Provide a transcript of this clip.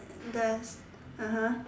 there (uh huh)